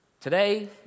Today